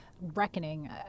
reckoning